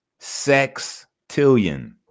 sextillion